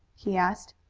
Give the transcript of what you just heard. he asked.